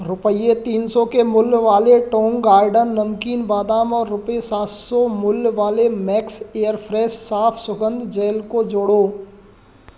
रुपये तीन सौ के मूल्य वाले टौंग गार्डन नमकीन बादाम और रूपये सात सौ मूल्य वाले मैक्स एयरफ़्रेश साफ़ सुगंध जैल को जोड़ो